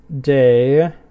day